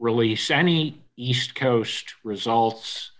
release any east coast results